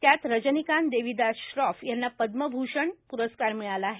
त्यात रजनिकांत देविदास श्रॉ यांना पद्मभूषण प्रस्कार मिळाला आहे